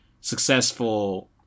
successful